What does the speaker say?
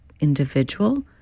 individual